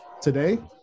today